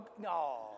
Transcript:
No